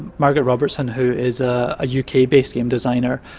margaret robertson, who is a ah uk-based game designer,